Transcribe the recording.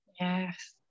Yes